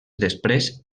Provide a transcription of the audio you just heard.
després